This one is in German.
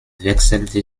wechselte